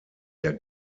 der